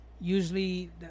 Usually